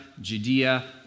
Judea